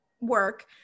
work